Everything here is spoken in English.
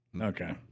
Okay